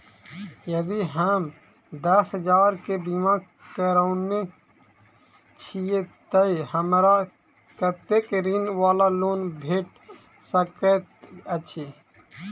यदि हम दस हजार केँ बीमा करौने छीयै तऽ हमरा कत्तेक ऋण वा लोन भेट सकैत अछि?